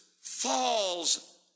falls